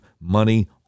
money